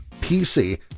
PC